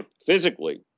physically